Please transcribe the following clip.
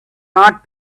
not